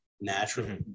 naturally